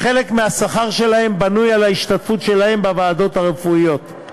וחלק מהשכר שלהם בנוי על ההשתתפות שלהם בוועדות הרפואיות.